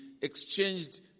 exchanged